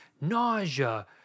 nausea